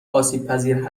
آسیبپذیر